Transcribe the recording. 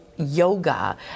yoga